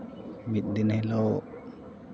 ᱢᱤᱫ ᱫᱤᱱ ᱦᱤᱞᱳᱜ